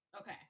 Okay